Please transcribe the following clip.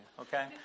Okay